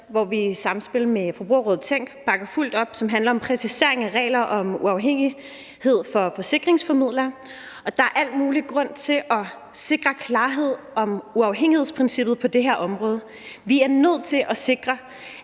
også i samspil med Forbrugerrådet Tænk bakker fuldt op om. Det handler om præcisering af regler og om uafhængighed for forsikringsformidlere. Der er al mulig grund til at sikre klarhed om uafhængighedsprincippet på det her område. Vi er nødt til at sikre,